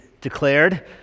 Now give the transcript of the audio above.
declared